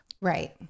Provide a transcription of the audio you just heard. Right